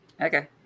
Okay